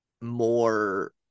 more